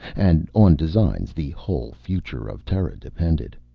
and on designs the whole future of terra depended.